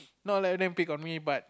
not let them pick on me but